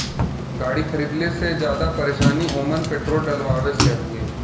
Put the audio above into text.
गाड़ी खरीदले से जादा परेशानी में ओमन पेट्रोल डलवावे से हउवे